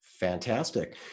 Fantastic